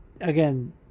again